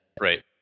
Right